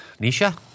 Nisha